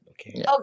okay